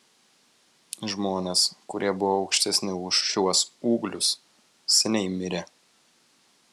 žmonės kurie buvo aukštesni už šiuos ūglius seniai mirė